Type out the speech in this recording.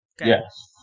Yes